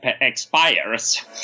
expires